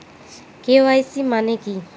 KYC মানে কি?